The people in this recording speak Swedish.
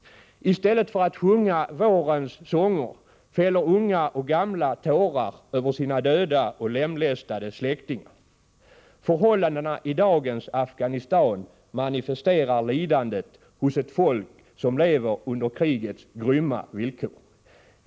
I stället för att sjunga vårens sånger fäller unga och gamla tårar över sina döda och lemlästade släktingar. Förhållandena i dagens Afghanistan manifesterar lidandet hos ett folk som lever under krigets grymma villkor.